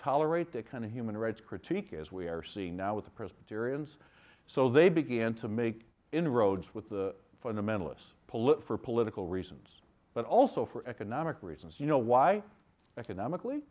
tolerate that kind of human rights critique as we are seeing now with the presbyterian so they began to make inroads with the fundamentalists pollute for political reasons but also for economic reasons you know why economically